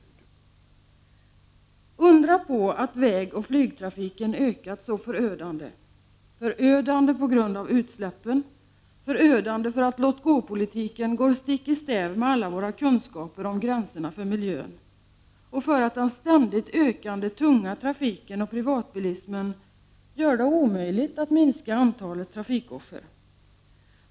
Undra på att vägoch flygtrafiken har ökat så förödande — förödande på grund av utsläppen, på grund av att låt-gå-politiken går stick i stäv med alla våra kunskaper om gränserna för miljön och att den ständigt ökande tunga trafiken och privatbilismen gör det omöjligt att minska antalet trafikoffer.